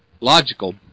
logical